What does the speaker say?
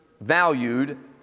valued